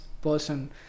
person